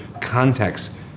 context